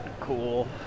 Cool